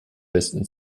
besten